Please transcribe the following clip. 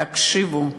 תקשיבו,